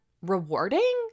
rewarding